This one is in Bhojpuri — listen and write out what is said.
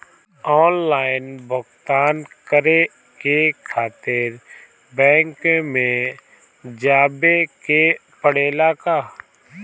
आनलाइन भुगतान करे के खातिर बैंक मे जवे के पड़ेला का?